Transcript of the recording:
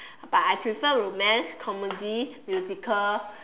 but I prefer romance comedy musical